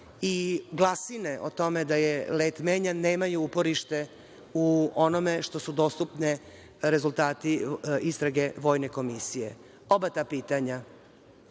i glasine o tome da je let menjan nemaju uporište u onome što su dostupni rezultati istrage vojne komisije. Oba ta pitanja